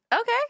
Okay